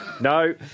No